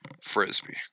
Frisbee